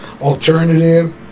alternative